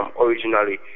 originally